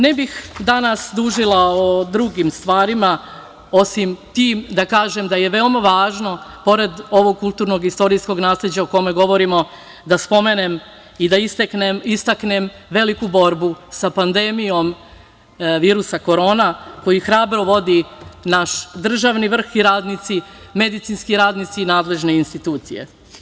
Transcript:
Ne bih danas dužila o drugim stvarima, osim tim, da kažem da je veoma važno pored ovog kulturno-istorijskog nasleđa o kome govorimo da spomenem i da istaknem veliku borbu sa pandemijom virusa Korona koji hrabro vodi naš državni vrh i medicinski radnici i nadležne institucije.